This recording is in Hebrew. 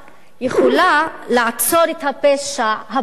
יכולה לעצור את הפשע הבא,